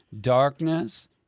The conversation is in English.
darkness